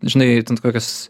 žinai kokias